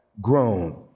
Grown